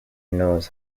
knows